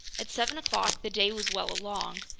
at seven o'clock the day was well along,